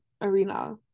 arena